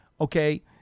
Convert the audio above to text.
okay